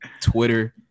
twitter